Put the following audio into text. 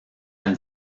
and